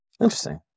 Interesting